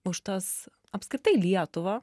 už tas apskritai lietuvą